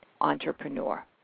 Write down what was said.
entrepreneur